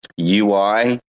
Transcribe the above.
ui